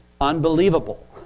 unbelievable